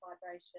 vibration